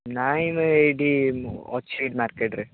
ନାଇଁ ମୁଁ ଏଇଠି ଅଛି ମାର୍କେଟ୍ରେ